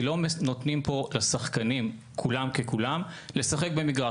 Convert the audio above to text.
כי לא נותנים פה לשחקנים, כולם ככולם, לשחק במגרש.